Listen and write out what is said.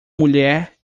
mulher